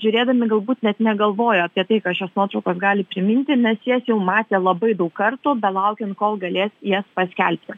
žiūrėdami galbūt net negalvojo apie tai ką šios nuotraukos gali priminti nes jas jau matė labai daug kartų belaukiant kol galės jas paskelbti